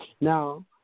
Now